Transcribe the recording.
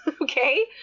Okay